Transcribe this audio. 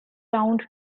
round